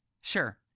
Sure